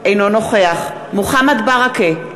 אינו נוכח מוחמד ברכה,